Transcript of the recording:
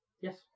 Yes